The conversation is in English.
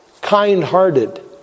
kind-hearted